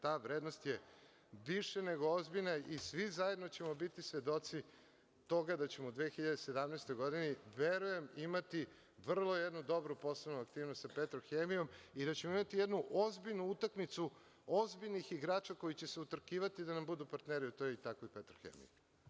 Ta vrednost je više nego ozbiljna i svi zajedno ćemo biti svedoci toga da ćemo u 2017. godini verujem imati vrlo jednu dobru poslovnu aktivnost sa „Petrohemijom“ i da ćemo imati jednu ozbiljnu utakmicu ozbiljnih igrača koji će se utrkivati da nam budu partneri u toj i takvoj „Petrohemiji“